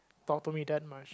talk to me that much